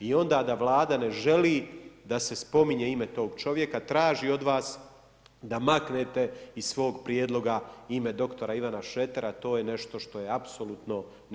I onda da Vlada ne želi da se spominje ime tog čovjeka traži od vas da maknete iz svog prijedloga ime dr. Ivana Šretera to je nešto što je apsolutno nedopustivo.